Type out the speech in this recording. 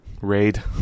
Raid